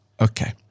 Okay